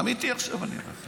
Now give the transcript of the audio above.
אמיתי עכשיו אני אומר.